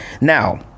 now